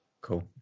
Cool